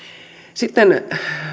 sitten